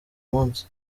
munsi